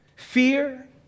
fear